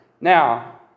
Now